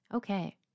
Okay